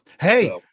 hey